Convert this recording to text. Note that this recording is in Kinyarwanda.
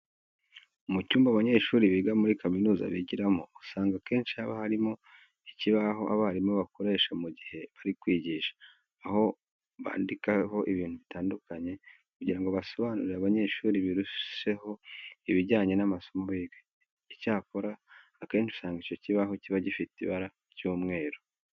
Mu cyumba abanyeshuri biga muri kaminuza bigiramo, usanga akenshi haba harimo ikibaho abarimu bakoresha mu gihe bari kwigisha, aho bandikaho ibintu bitandukanye kugira ngo basobanurire abanyeshuri biruseho ibijyanye n'amasomo biga. Icyakora akenshi usanga icyo kibaho kiba gifite ibara ry'umweru.